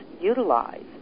utilize